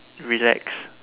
relax